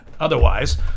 otherwise